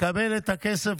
לקבל את הכסף.